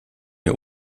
mir